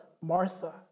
Martha